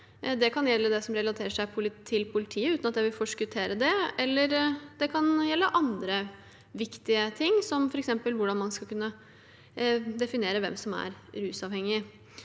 Det kan gjelde det som relaterer seg til politiet, uten at jeg vil forskuttere det, eller det kan gjelde andre viktige ting, som f.eks. hvordan man skal kunne definere hvem som er rusavhengige.